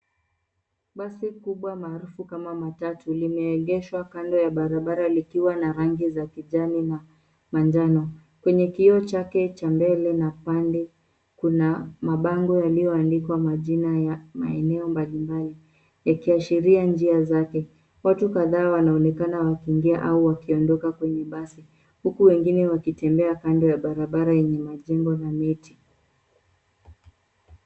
Basi kubwa maarufu kama matatu, limeegeshwa kando ya barabara likiwa na rangi za kijani na manjano. Kwenye kioo chake cha mbele na pande, kuna mabango yaliyoandikwa majina ya maeneo mbalimbali, yakiashiria njia zake. Watu kadhaa wanaonekana wakiingia au wakiondoka kwenye basi, huku wengine wakitembea kando ya barabara yenye majengo na miti.